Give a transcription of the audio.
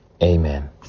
Amen